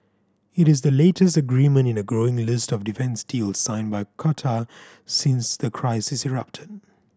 it is the latest agreement in a growing list of defence deals signed by Qatar since the crisis erupted